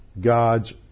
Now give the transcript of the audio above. God's